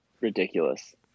ridiculous